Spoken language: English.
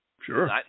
Sure